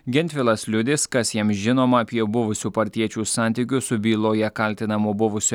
gentvilas liudys kas jam žinoma apie buvusių partiečių santykius su byloje kaltinamu buvusiu